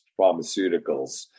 pharmaceuticals